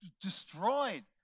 destroyed